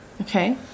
Okay